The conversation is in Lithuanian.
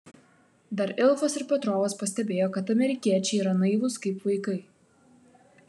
dar ilfas ir petrovas pastebėjo kad amerikiečiai yra naivūs kaip vaikai